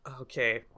Okay